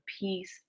peace